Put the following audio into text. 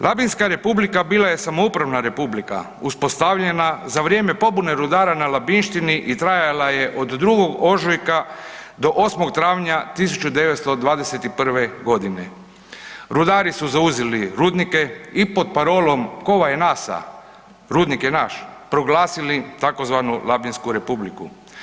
Labinska republika bila je samoupravna republika uspostavljena za vrijeme pobune rudara na Labinštini i trajala je od 2. ožujka do 8. travnja 1921.g. Rudari su zauzeli rudnike i pod parolom „Kova je nasa“ – rudnik je naš, proglasili tzv. „Labinsku republiku“